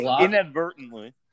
Inadvertently